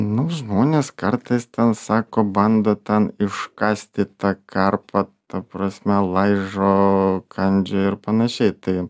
nu žmonės kartais ten sako bando ten iškasti tą karpą ta prasme laižo kandžioja ir panašiai tai